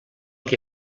que